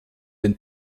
den